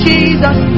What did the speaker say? Jesus